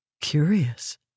Curious